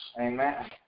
amen